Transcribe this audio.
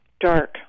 dark